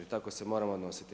Tako se moramo odnositi.